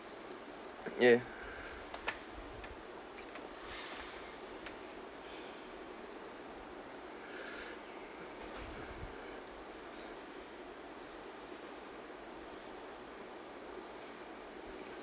yeah